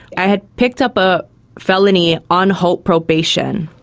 i had picked up a felony on hope probation,